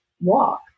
walk